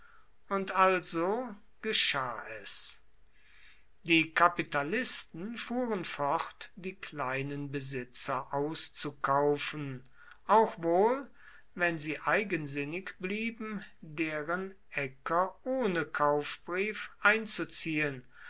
und also geschah es die kapitalisten fuhren fort die kleinen besitzer auszukaufen auch wohl wenn sie eigensinnig blieben deren äcker ohne kaufbrief einzuziehen